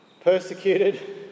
Persecuted